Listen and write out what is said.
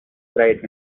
bright